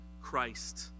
Christ